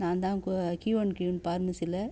நான் தான் go Q and Q பார்மஸியில்